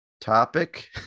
topic